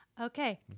Okay